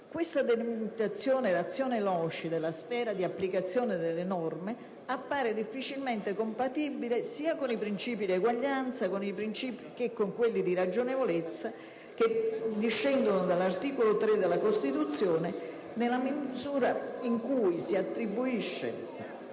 Questa delimitazione *ratione loci* della sfera di applicazione delle norme appare difficilmente compatibile con i principi sia di eguaglianza che di ragionevolezza che discendono dall'articolo 3 della Costituzione, nella misura in cui si attribuiscono